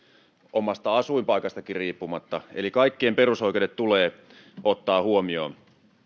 omasta asuinpaikastakin riippumatta eli kaikkien perusoikeudet tulee ottaa huomioon